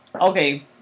Okay